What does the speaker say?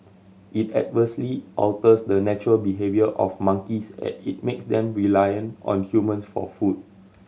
it adversely alters the natural behaviour of monkeys as it makes them reliant on humans for food